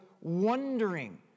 wondering